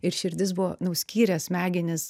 ir širdis buvo nu skyrė smegenis